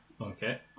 Okay